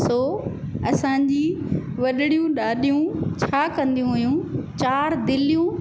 सो असांजी वॾिड़ियूं ॾाॾियूं छा कंदियूं हुयूं चार दिलियूं